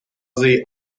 see